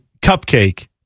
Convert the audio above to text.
cupcake